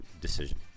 decision